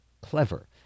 clever